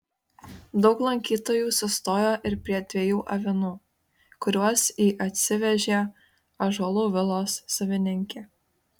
daug lankytojų sustojo ir prie dviejų avinų kuriuos į atsivežė ąžuolų vilos savininkė